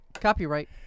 Copyright